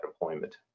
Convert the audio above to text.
deployment